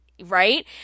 right